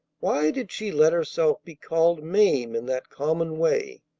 why did she let herself be called mame in that common way?